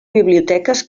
biblioteques